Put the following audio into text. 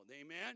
amen